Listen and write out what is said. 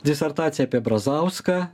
disertaciją apie brazauską